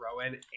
throw-in